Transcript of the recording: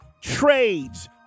trades